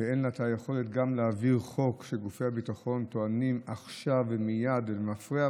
שאין לה את היכולת להעביר חוק שגופי הביטחון טוענים עכשיו ומייד ולמפרע,